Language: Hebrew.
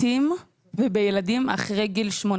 בבתים ובילדים אחרי גיל 18?